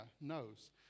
knows